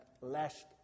lashed